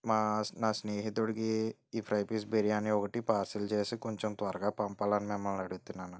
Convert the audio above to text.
మా నా స్నేహితుడికి ఈ ఫ్రై పీస్ బిర్యానీ ఒకటి పార్సల్ చేసి కొంచెం త్వరగా పంపాలని మిమ్మల్ని అడుగుతున్నాను